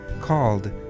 called